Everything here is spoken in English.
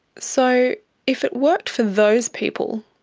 so if it worked for those people,